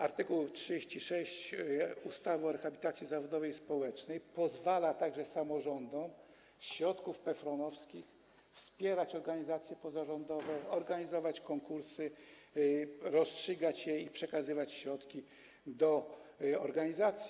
Art. 36 ustawy o rehabilitacji zawodowej i społecznej pozwala samorządom ze środków PFRON-owskich wspierać organizacje pozarządowe, organizować konkursy, rozstrzygać je i przekazywać środki organizacjom.